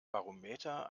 barometer